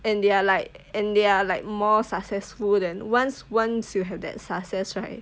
and they are like and they are like more successful than once once you have that success right